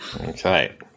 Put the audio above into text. Okay